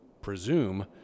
presume